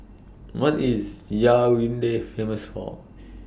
What IS Yaounde Famous For